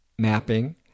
mapping